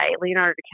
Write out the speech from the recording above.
Leonardo